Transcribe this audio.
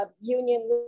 union